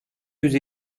yüz